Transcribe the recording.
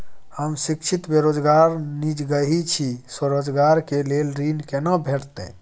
हम शिक्षित बेरोजगार निजगही छी, स्वरोजगार के लेल ऋण केना भेटतै?